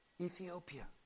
Ethiopia